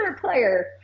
player